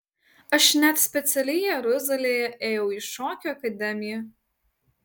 aš net specialiai jeruzalėje ėjau į šokių akademiją